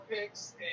picks